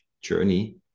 journey